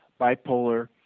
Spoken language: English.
bipolar